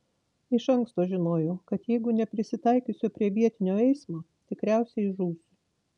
iš anksto žinojau kad jeigu neprisitaikysiu prie vietinio eismo tikriausiai žūsiu